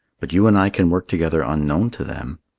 but you and i can work together unknown to them.